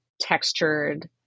textured